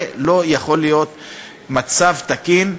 זה לא יכול להיות מצב תקין,